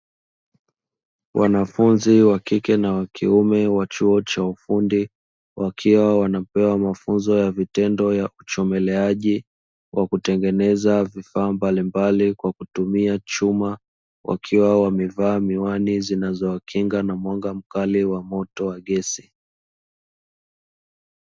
Wanafunzi wa kike na wa kiume wa chuo cha ufundi, wakiwa wanapewa mafunzo ya vitendo ya uchomeleaji, wa kutengeneza vifaa mbalimbali kwa kutumia chuma, wakiwa wamevaa miwani zinazowakinga na mwanga mkali wa moto wa gesi.